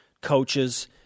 coaches